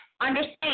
understand